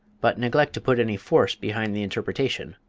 but neglect to put any force behind the interpretation.